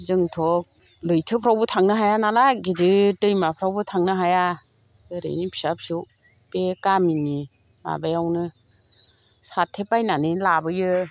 जोंथ' लैथोफ्रावबो थांनो हायानालाय गिदिर दैमाफ्रावबो थांनो हाया ओरैनो फिसा फिसौ बे गामिनि माबायावनो सारथेब बायनानै लाबोयो